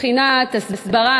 מבחינת הסברה,